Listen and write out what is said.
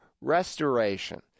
restoration